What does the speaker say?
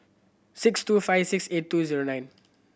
six two five six eight two zero nine